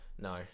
no